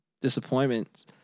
disappointments